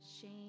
shame